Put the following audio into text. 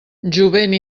jovent